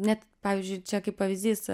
net pavyzdžiui čia kaip pavyzdys